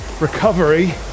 recovery